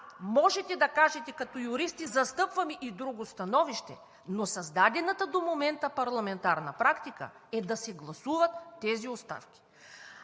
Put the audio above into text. можете да кажете: „Като юристи застъпваме и друго становище“, но създадената до момента парламентарна практика е да се гласуват тези оставки.